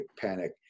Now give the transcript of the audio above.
panic